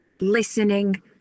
listening